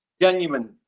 genuine